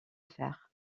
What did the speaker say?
fer